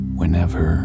whenever